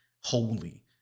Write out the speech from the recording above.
holy